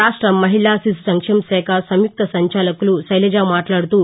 రాష్ట్ల మహిళా శిశు సంక్షేమ శాఖ సంయుక్త సంచాలకులు శైలజ మాట్లాడుతూ